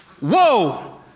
Whoa